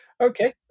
Okay